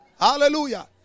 Hallelujah